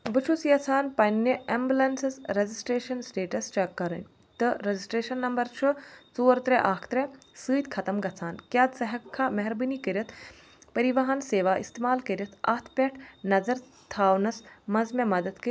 بہٕ چھُس یژھان پننہِ ایٚمبولیٚنسَس رجسٹرٛیشن سٹیٹس چیٚک کرٕنۍ تہٕ رجسٹرٛیشن نمبر چھُ ژور ترٛےٚ اکھ ترٛےٚ سۭتۍ ختم گژھان کیٛاہ ژٕ ہیٚکہِ کھا مہربٲنی کٔرتھ پریٖواہن سیوا استعمال کٔرتھ اتھ پٮ۪ٹھ نظر تھاونَس منٛز مےٚ مدد کٔر